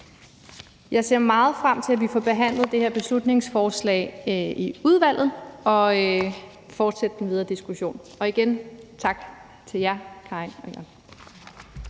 Jeg ser meget frem til, at vi får behandlet det her beslutningsforslag i udvalget og at fortsætte den videre diskussion. Og igen tak til jer, Karin og Preben.